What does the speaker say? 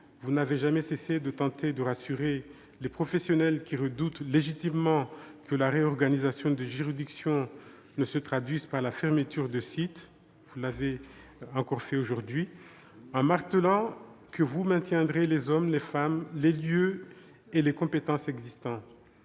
vous n'avez jamais cessé de tenter de rassurer les professionnels qui redoutent légitimement que la réorganisation des juridictions ne se traduise par la fermeture de sites, en martelant que vous maintiendrez les hommes, les lieux et les compétences existants.